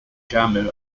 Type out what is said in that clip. jammu